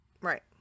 right